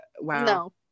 wow